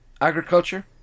agriculture